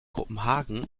kopenhagen